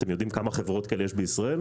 אתם יודעים כמה חברות כאלה יש בישראל?